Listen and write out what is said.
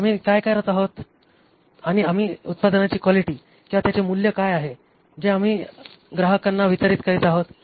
आम्ही काय करत आहोत आणि त्या उत्पादनाची क्वालिटी किंवा त्याचे मूल्य काय आहे जे आम्ही ग्राहकांना वितरीत करीत आहोत